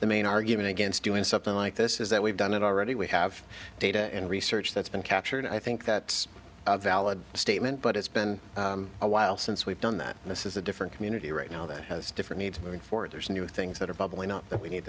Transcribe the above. the main argument against doing something like this is that we've done it already we have data and research that's been captured i think that's a valid statement but it's been a while since we've done that this is a different community right now that has different needs for there's a new things that are bubbling up that we need